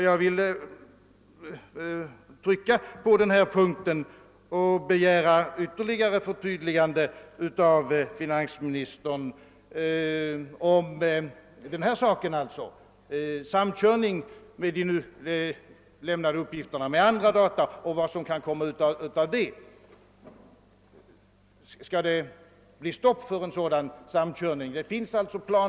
Jag vill trycka på den punkten och begära ett ytterligare förtydligande av finansministern i fråga om samkörning av de nu lämnade uppgifterna med andra data och vad som kan komma ut därav. Skall. det bli stopp för en sådan samkörning?